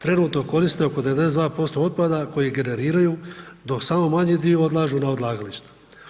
Trenutno koriste oko 92% otpada koji generiraju, dok samo manji dio odlažu na odlagališta.